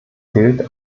gilt